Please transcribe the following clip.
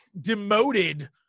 demoted